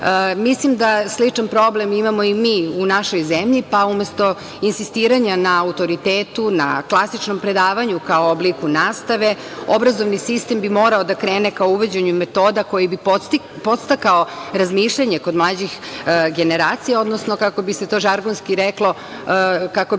Mislim da sličan problem imamo i mi u našoj zemlji, pa umesto insistiranja na autoritetu, na klasičnom predavanju kao obliku nastave, obrazovni sistem bi morao da krene ka uvođenju metoda koje bi podstakle razmišljanje kod mlađih generacija, odnosno, kako bi se to žargonski reklo, kako bismo